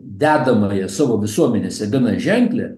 dedamąją savo visuomenėse gana ženklią